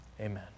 Amen